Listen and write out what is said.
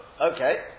Okay